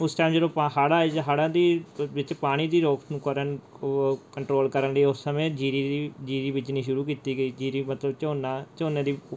ਉਸ ਟੈਮ ਜਦੋਂ ਹੜ੍ਹ ਆਏ ਜਾਂ ਹੜ੍ਹਾਂ ਦੀ ਵਿੱਚ ਪਾਣੀ ਦੀ ਰੋਕ ਨੂੰ ਕਰਨ ਕੋ ਕੰਟਰੋਲ ਕਰਨ ਲਈ ਉਸ ਸਮੇਂ ਜੀਰੀ ਦੀ ਜੀਰੀ ਬੀਜਣੀ ਸ਼ੁਰੂ ਕੀਤੀ ਗਈ ਜੀਰੀ ਮਤਲਬ ਝੋਨਾ ਝੋਨੇ ਦੀ